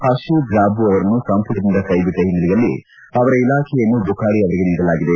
ಹಡೀಬ್ ರಾಬು ಅವರನ್ನು ಸಂಪುಟದಿಂದ ಕೈ ಬಿಟ್ಚ ಹಿನ್ನಲೆಯಲ್ಲಿ ಅವರ ಇಲಾಖೆಯನ್ನು ಬುಖಾರಿ ಅವರಿಗೆ ನಿಡಲಾಗಿದೆ